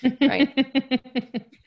right